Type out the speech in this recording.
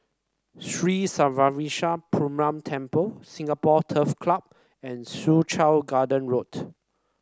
Three Srinivasa Perumal Temple Singapore Turf Club and Soo Chow Garden Road